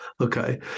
Okay